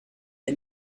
est